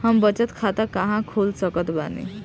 हम बचत खाता कहां खोल सकत बानी?